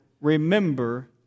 remember